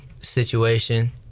situation